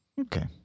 Okay